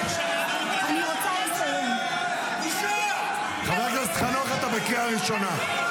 חבר הכנסת חנוך, אתה בקריאה ראשונה.